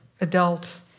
adult